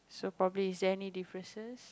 so probably is there any differences